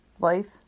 Life